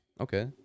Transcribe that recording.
okay